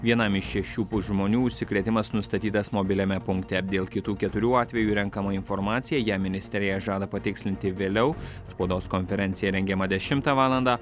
vienam iš šešių žmonių užsikrėtimas nustatytas mobiliame punkte dėl kitų keturių atvejų renkama informacija ją ministerija žada patikslinti vėliau spaudos konferencija rengiama dešimtą valandą